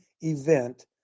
event